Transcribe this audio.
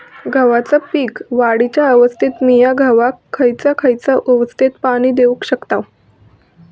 गव्हाच्या पीक वाढीच्या अवस्थेत मिया गव्हाक खैयचा खैयचा अवस्थेत पाणी देउक शकताव?